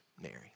Mary